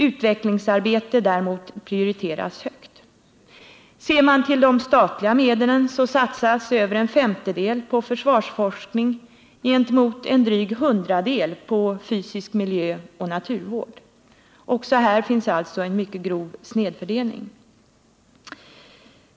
Utvecklingsarbetet däremot prioriteras högt. Av de statliga medlen satsas över en femtedel på försvarsforskning gentemot en dryg hundradel på fysisk miljöoch naturvård. Också här finns det alltså en mycket grov snedfördelning.